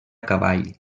cavall